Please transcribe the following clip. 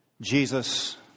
Jesus